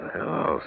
Hello